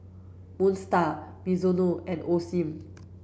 Moon Star Mizuno and Osim